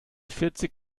vierzig